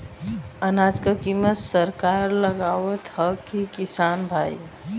अनाज क कीमत सरकार लगावत हैं कि किसान भाई?